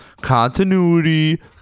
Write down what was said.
Continuity